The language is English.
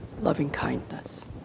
loving-kindness